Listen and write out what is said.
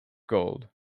gold